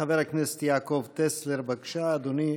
חבר הכנסת יעקב טסלר, בבקשה, אדוני.